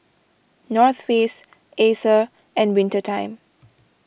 North Face Acer and Winter Time